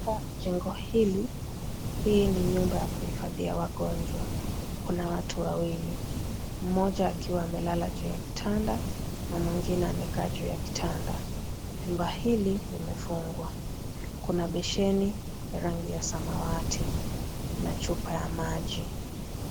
Katika jengo hili, hii ni nyumba cha kuhifadhia wagonjwa, kuna watu wawili mmoja akiwa amelala juu ya kitanda na mwingine amekaa juu ya kitanda, nyumba hili limefungwa, kuna besheni ya rangi ya samawati na chupa ya maji.